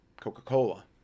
Coca-Cola